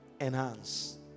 enhance